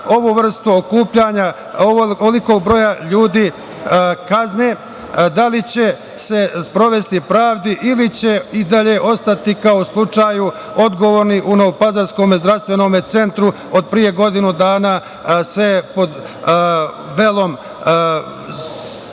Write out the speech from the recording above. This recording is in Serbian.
ovu vrstu okupljanja ovolikog broja ljudi kazne? Da li će se sprovesti pravdi ili će i dalje ostati kao u slučaju odgovorni u novopazarskom zdravstvenom centru od pre godinu dana, sve pod velom zatamnjenih